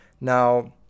Now